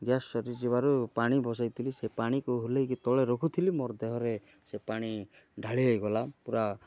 gas ସରିଯିବାରୁ ପାଣି ବସେଇଥିଲି ସେ ପାଣିକୁ ଓହ୍ଲେଇକି ତଳେ ରଖୁଥିଲି ମୋର ଦେହରେ ସେ ପାଣି ଢ଼ାଳି ହୋଇଗଲା ପୂରା